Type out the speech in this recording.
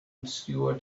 obscure